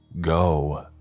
Go